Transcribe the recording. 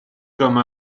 comme